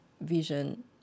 vision